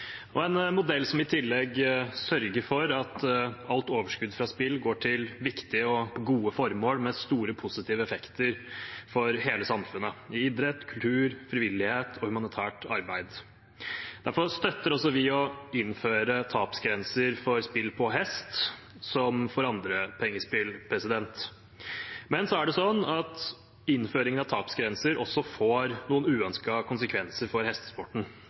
og en modell som i tillegg sørger for at alt overskudd fra spill går til viktige og gode formål, med store positive effekter for hele samfunnet – idrett, kultur, frivillighet og humanitært arbeid. Derfor støtter også vi å innføre tapsgrenser for spill på hest, som for andre pengespill. Men innføring av tapsgrenser får også noen uønskede konsekvenser for hestesporten. Det anerkjenner vi. Hestesporten får ikke mange av